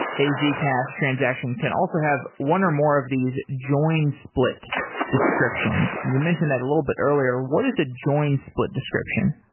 a zcash transaction can also have one or more of these join split descriptions. you mentioned that a little bit earlier. what is a join split description?